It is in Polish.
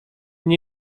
nie